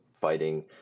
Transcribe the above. fighting